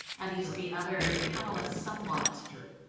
at least the other panelists somewhat.